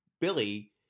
Billy